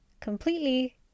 completely